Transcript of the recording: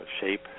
shape